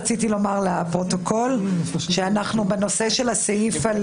רציתי לומר לפרוטוקול שבנושא הסעיף על